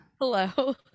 Hello